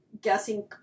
guessing